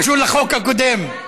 קשור לחוק הקודם.